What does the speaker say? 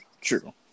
True